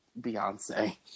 Beyonce